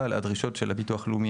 אבל הדרישות של הביטוח הלאומי,